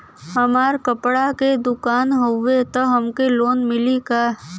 हमार कपड़ा क दुकान हउवे त हमके लोन मिली का?